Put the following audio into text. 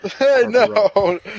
No